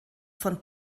von